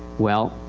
well,